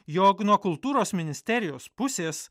jog nuo kultūros ministerijos pusės